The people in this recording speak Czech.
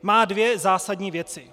Má dvě zásadní věci.